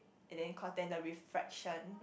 and then caught then the reflection